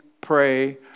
pray